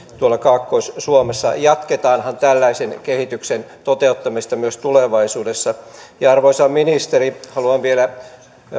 tuolla kaakkois suomessa jatketaanhan tällaisen kehityksen toteuttamista myös tulevaisuudessa arvoisa ministeri haluan vielä